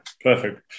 perfect